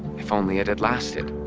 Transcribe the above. if only it had lasted.